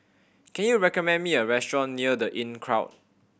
can you recommend me a restaurant near The Inncrowd